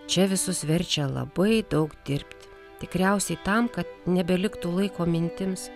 čia visus verčia labai daug dirbt tikriausiai tam kad nebeliktų laiko mintims